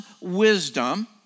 wisdom